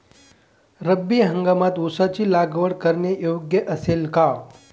रब्बी हंगामात ऊसाची लागवड करणे योग्य असेल का?